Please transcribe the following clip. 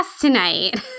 tonight